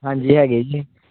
ਹਾਂਜੀ ਹੈਗੇ ਜੀ